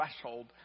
threshold